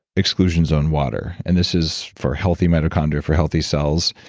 exclusions on water. and this is for healthy mitochondria, for healthy cells,